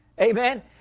Amen